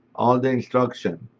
all the instruction,